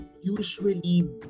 usually